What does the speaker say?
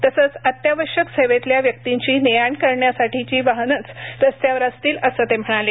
तसंच अत्यावश्यक सेवेतल्या व्यक्तींची ने आण करण्यासाठीची वाहनंच रस्त्यावर असतील अस ते म्हणाले